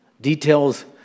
Details